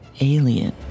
alien